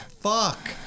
fuck